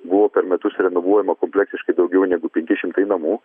buvo per metus renovuojama kompleksiškai daugiau negu penki šimtai namų